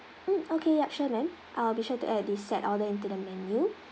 mm okay yup sure ma'am I'll be sure to add this set order into the menu